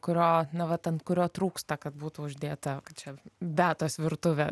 kurio va vat ant kurio trūksta kad būtų uždėta čia beatos virtuvė